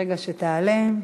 מרגע שתעלה.